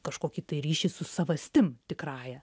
kažkokį tai ryšį su savastim tikrąja